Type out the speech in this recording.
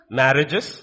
marriages